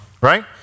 right